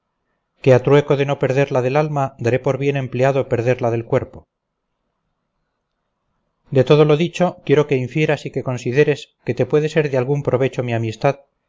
a trueco de no perder la del alma daré por bien empleado perder la del cuerpo de todo lo dicho quiero que infieras y que consideres que te puede ser de algún provecho mi amistad